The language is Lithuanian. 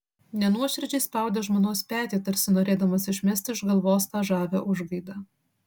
nenuoširdžiai spaudė žmonos petį tarsi norėdamas išmesti iš galvos tą žavią užgaidą